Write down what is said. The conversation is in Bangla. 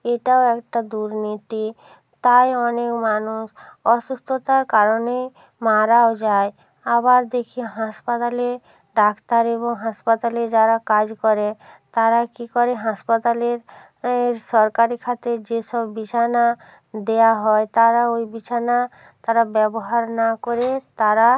এটাও একটা দুর্নীতি তাই অনেক মানুষ অসুস্থতার কারণে মারাও যায় আবার দেখি হাসপাতালে ডাক্তার এবং হাসপাতালে যারা কাজ করে তারা কী করে হাসপাতালের এর সরকারি খাতে যেসব বিছানা দেয়া হয় তারা ওই বিছানা তারা ব্যবহার না করে তারা